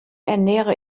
ernähre